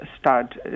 start